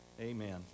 amen